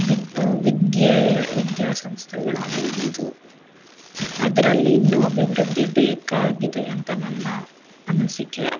ವಿದ್ ವಿದ್ಯೆ ವಿದ್ಯಾ ಸಂಸ್ಥೆಗಳಾಗಿರ್ಬೋದು ಅದರಲ್ಲಿ ಇನ್ನು ಅಭಿವೃದ್ಧಿ ಬೇಕಾಗಿದೆ ಅಂತ ನನ್ನ ಅನಿಸಿಕೆ